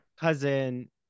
cousin